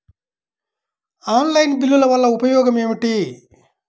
Online బిల్లుల వల్ల ఉపయోగమేమిటీ?